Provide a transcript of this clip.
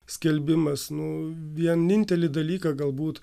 skelbimas nu vienintelį dalyką galbūt